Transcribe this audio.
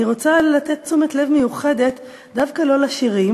אני רוצה לתת תשומת לב מיוחדת דווקא לא לשירים